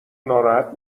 ناراحت